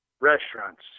restaurants